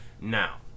Now